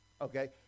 okay